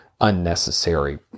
unnecessary